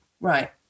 right